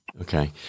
Okay